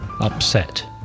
upset